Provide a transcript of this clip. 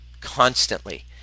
constantly